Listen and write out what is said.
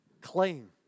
Claim